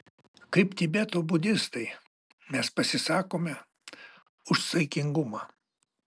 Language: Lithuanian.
kaip tibeto budistai mes pasisakome už saikingumą